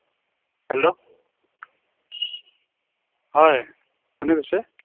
hello হয় কোনে কৈছে